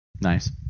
Nice